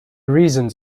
reasons